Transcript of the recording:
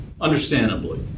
understandably